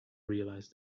realize